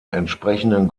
entsprechenden